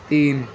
تین